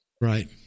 Right